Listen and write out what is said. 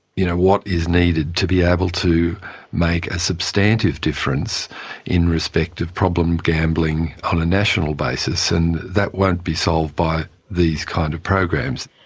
you know, what is needed to be able to make a substantive difference in respect of problem gambling on a national basis? and that won't be solved by these kinds of programs.